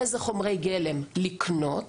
איזה חומרי גלם לקנות,